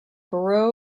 bureau